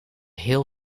heel